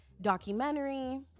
documentary